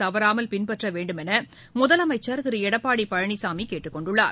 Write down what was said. தவறாமல் பின்பற்ற வேண்டுமென முதலமைச்சள் திரு எடப்பாடி பழனிசாமி மக்கள் கேட்டுக்கொண்டுள்ளார்